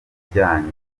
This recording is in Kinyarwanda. bijyanye